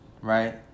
right